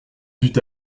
dut